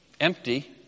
empty